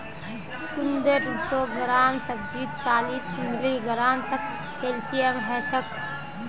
कुंदरूर सौ ग्राम सब्जीत चालीस मिलीग्राम तक कैल्शियम ह छेक